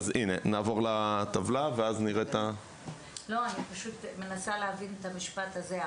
אני מנסה להבין את המשפט הזה.